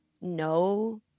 no